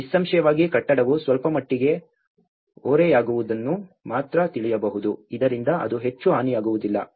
ನಿಸ್ಸಂಶಯವಾಗಿ ಕಟ್ಟಡವು ಸ್ವಲ್ಪಮಟ್ಟಿಗೆ ಓರೆಯಾಗುವುದನ್ನು ಮಾತ್ರ ತಿಳಿಯಬಹುದು ಇದರಿಂದ ಅದು ಹೆಚ್ಚು ಹಾನಿಯಾಗುವುದಿಲ್ಲ